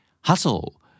Hustle